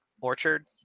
orchard